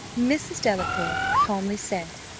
mrs. delacour calmly said,